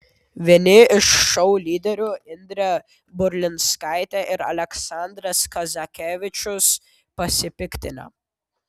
vieni iš šou lyderių indrė burlinskaitė ir aleksandras kazakevičius pasipiktinę